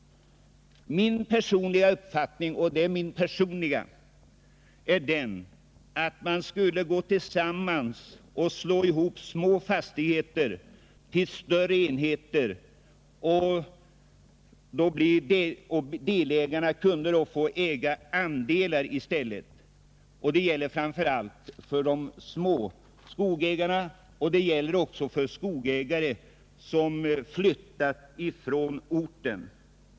Min personliga uppfattning är den att små fastigheter borde sammanslås till större enheter, i vilka fastighetsägarna i stället kunde få äga andelar. Detta gäller även skogsägare som flyttat från den ort där skogen är belägen.